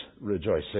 rejoicing